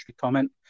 comment